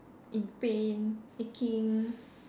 in pain aching